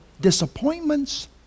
disappointments